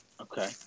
Okay